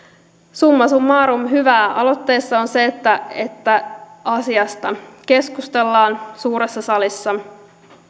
summa summarum hyvää aloitteessa on se että että asiasta keskustellaan suuressa salissa